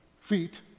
feet